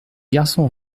garçon